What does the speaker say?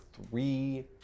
three